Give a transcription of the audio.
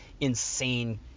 insane